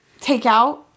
takeout